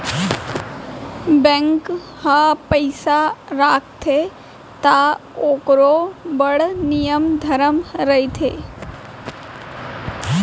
bank ह पइसा राखथे त ओकरो बड़ नियम धरम रथे